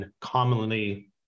commonly